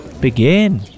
begin